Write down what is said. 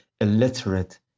illiterate